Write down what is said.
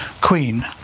queen